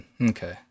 okay